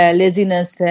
laziness